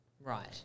Right